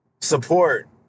support